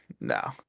No